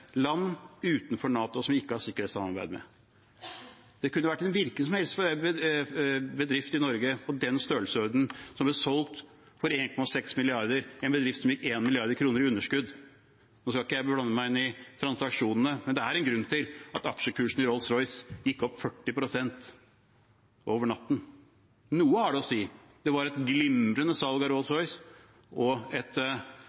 ikke har sikkerhetssamarbeid med. Det kunne vært en hvilken som helst bedrift i Norge av den størrelsesordenen som ble solgt for 1,6 mrd. kr, en bedrift som gikk 1 mrd. kr i underskudd. Nå skal ikke jeg blande meg inn i transaksjonene, men det er en grunn til at aksjekursen i Rolls-Royce gikk opp 40 pst. over natten. Noe har det å si – det var et glimrende salg av